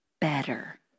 better